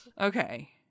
Okay